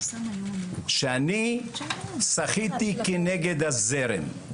שאני שחיתי כנגד הזרם.